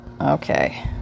Okay